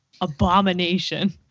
abomination